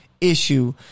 issue